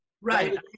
Right